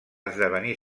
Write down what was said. esdevenir